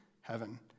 heaven